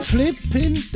Flipping